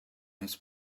his